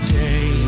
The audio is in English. day